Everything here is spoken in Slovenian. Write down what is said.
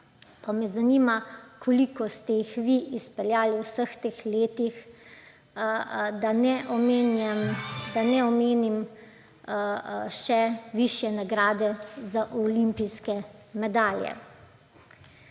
pa me zanima, koliko ste jih vi izpeljali v vseh teh letih. Da ne omenjam še višje nagrade za olimpijske medalje.